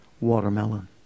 watermelon